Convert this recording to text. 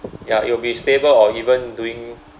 ya it will be stable or even doing